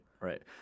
right